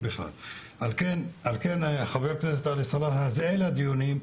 על כן חבר הכנסת עלי סלאלחה, זו מטרת הדיונים.